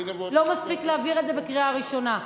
לא מספיק להעביר את זה בקריאה ראשונה.